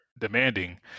demanding